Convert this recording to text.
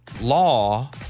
law